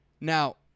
Now